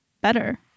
better